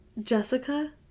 Jessica